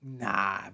nah